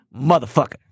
motherfucker